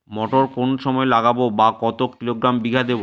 মটর কোন সময় লাগাবো বা কতো কিলোগ্রাম বিঘা দেবো?